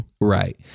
Right